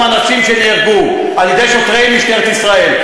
אנשים שנהרגו על-ידי שוטרי משטרת ישראל.